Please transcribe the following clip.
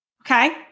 okay